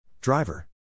Driver